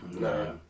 No